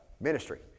ministry